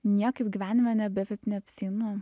niekaip gyvenime nebefit neapsieinu